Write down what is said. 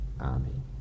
Amen